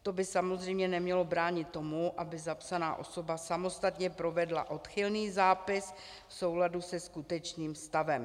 To by samozřejmě nemělo bránit tomu, aby zapsaná osoba samostatně provedla odchylný zápis v souladu se skutečným stavem.